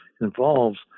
involves